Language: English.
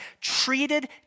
treated